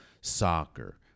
soccer